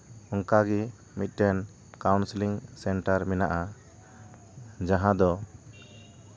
ᱚᱱᱠᱟᱜᱮ ᱢᱤᱫᱴᱮᱱ counselling centre ᱢᱮᱱᱟᱜᱼᱟ ᱡᱟᱦᱟᱸ ᱫᱚ